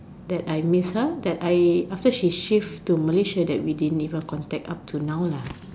that I miss her that I after she shift to Malaysia we didn't even contact up till now lah